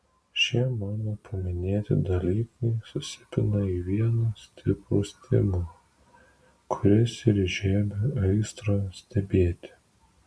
šie mano paminėti dalykai susipina į vieną stiprų stimulą kuris ir įžiebia aistrą stebėti